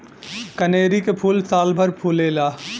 कनेरी के फूल सालभर फुलेला